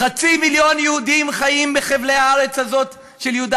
וחצי מיליון יהודים חיים בחבלי הארץ של יהודה